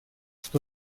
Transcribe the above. что